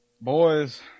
Boys